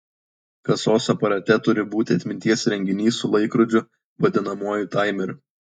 kasos aparate turi būti atminties įrenginys su laikrodžiu vadinamuoju taimeriu